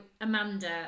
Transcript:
Amanda